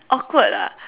awkward ah